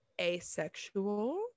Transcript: asexual